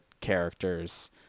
characters